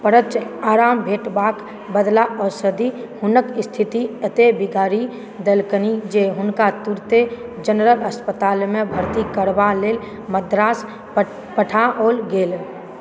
परञ्च आराम भेटबाक बदला औषधि हुनक स्थिति एते बिगारि देलकनि जे हुनका तुरते जनरल अस्पतालमे भर्ती करबा लेल मद्रास पठाओल गेल